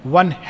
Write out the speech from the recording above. one